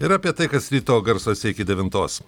ir apie tai kas ryto garsuose iki devintos